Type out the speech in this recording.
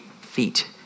feet